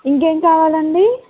ఇంకేంకావాలండి